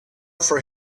for